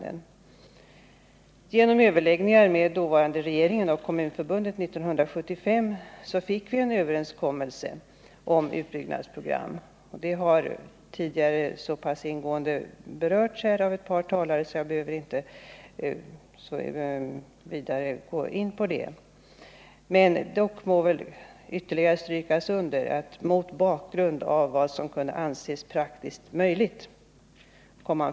Efter överläggningar mellan dåvarande regeringen och Kommunförbundet 1975 fick vi en överenskommelse om ett utbyggnadprogram. Det har redan berörts så pass ingående av ett par talare att jag inte behöver gå vidare in på det. Dock må väl ytterligare strykas under att man kom fram till det programmet mot bakgrund av vad som kunde anses praktiskt möjligt.